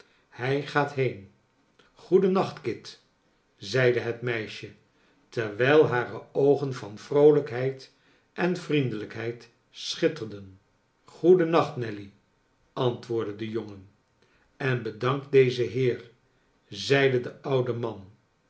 hij gaat heen goeden nacht kit zeide het meisje terwijl hare oogen van vroolijkheid en vriendelijkheid schitterden goeden nacht nelly antwoordde de jongen en bedank dezen heer zeide de oude man